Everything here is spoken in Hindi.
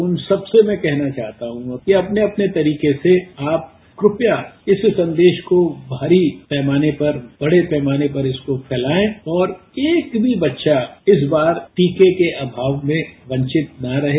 उन सबसे मैं कहना चाहता हूं कि अपने अपने तरीके से आप कृपया इस संदेश को भारी पैमाने पर बड़े पैमाने पर इसको फैलाए और एक भी बच्चा इस बार टीके के अभाव में वंचित न रहें